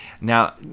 now